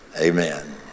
Amen